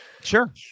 sure